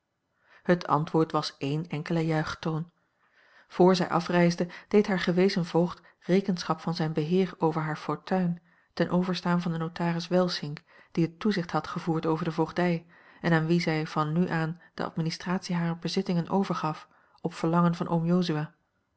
het antwoord was één enkele juichtoon voor zij afreisde deed haar gewezen voogd rekenschap van zijn beheer over haar fortuin ten overstaan van den notaris welsink die het toezicht had gevoerd over de voogdij en aan wien zij van nu aan de administratie harer bezittingen overgaf op verlangen van